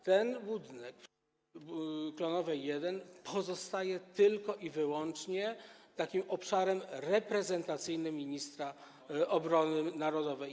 Ten budynek przy Klonowej 1 pozostaje tylko i wyłącznie obszarem reprezentacyjnym ministra obrony narodowej.